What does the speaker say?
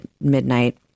midnight